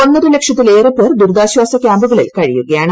ഒന്നരലക്ഷത്തിലേറെ പേർ ദുരിതാശ്ചാസ ക്യാമ്പുകളിൽ കഴിയുകയാണ്